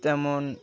তেমন